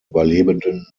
überlebenden